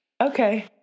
Okay